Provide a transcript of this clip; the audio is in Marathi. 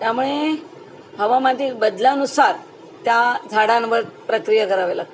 त्यामुळे हवामाती बदलानुसार त्या झाडांवर प्रक्रिया करावे लागतो